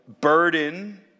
burden